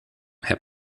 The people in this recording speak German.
herr